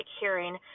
hearing